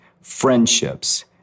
friendships